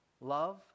love